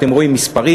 אתם רואים מספרים,